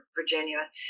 Virginia